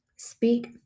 Speak